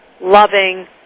loving